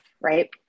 Right